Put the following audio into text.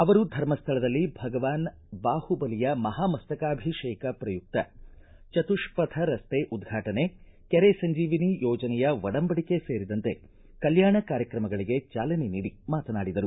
ಅವರು ಧರ್ಮಸ್ಥಳದಲ್ಲಿ ಭಗವಾನ್ ಬಾಹುಬಲಿಯ ಮಹಾಮಸ್ತಕಾಭಿಷೇಕ ಪ್ರಯುಕ್ತ ಚತುಷ್ಪಥ ರಸ್ತೆ ಉದ್ಘಾಟನೆ ಕೆರೆ ಸಂಜೀವಿನಿ ಯೋಜನೆಯ ಒಡಂಬಡಿಕೆ ಸೇರಿದಂತೆ ಕಲ್ಯಾಣ ಕಾರ್ಯಕ್ರಮಗಳಗೆ ಚಾಲನೆ ನೀಡಿ ಮಾತನಾಡಿದರು